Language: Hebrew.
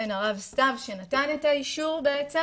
בין הרב סתיו שנתן את האישור בעצם